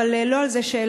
אבל לא על זה שאלתי.